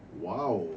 !wow!